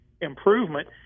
improvement